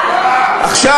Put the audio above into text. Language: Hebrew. יופי, מחיאות כפיים.